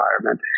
environment